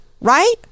Right